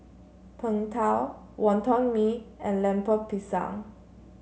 Png Tao Wonton Mee and Lemper Pisang